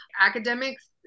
academics